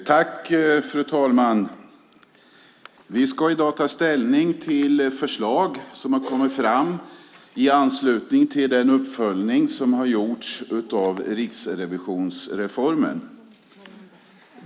Fru talman! Vi ska i dag ta ställning till förslag som har kommit fram i anslutning till den uppföljning som har gjorts av riksrevisionsreformen.